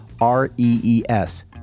R-E-E-S